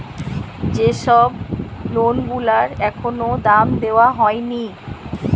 যে সব লোন গুলার এখনো দাম দেওয়া হয়নি